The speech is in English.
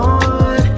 on